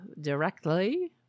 directly